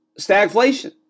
stagflation